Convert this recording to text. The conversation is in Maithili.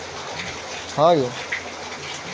मूंगफलीक बुआई मानसूनक शुरुआते मे होइ छै